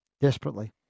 Desperately